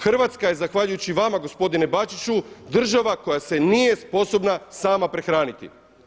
Hrvatska je zahvaljujući vama gospodine Bačiću država koja se nije sposobna sama prehraniti.